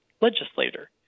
legislator